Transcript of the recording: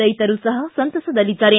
ರೈತರು ಸಹ ಸಂತಸದಲ್ಲಿದ್ದಾರೆ